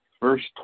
first